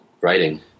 writing